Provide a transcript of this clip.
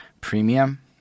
premium